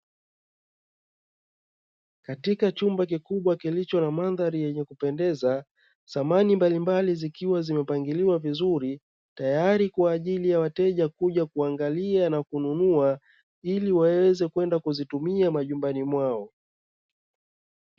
Katika chumba kikubwa kilicho na mandhari yenye kupendeza, samani mbalimbali zikiwa zimepangiliwa vizuri tayari kwa ajili ya wateja kuja na kuangalia na kununua ili waweze kwenda kuzitumia majumbani mwao.